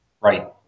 right